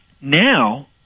Now